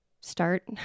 start